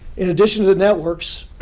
in addition to the networks,